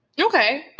Okay